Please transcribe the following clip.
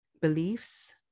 beliefs